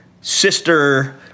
sister